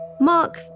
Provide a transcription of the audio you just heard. Mark